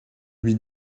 lui